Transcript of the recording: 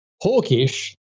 hawkish